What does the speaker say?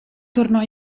tornò